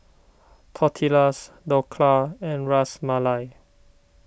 Tortillas Dhokla and Ras Malai